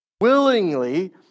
Willingly